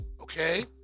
okay